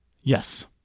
Yes